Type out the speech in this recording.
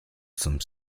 some